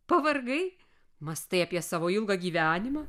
pavargai mąstai apie savo ilgą gyvenimą